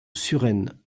suresnes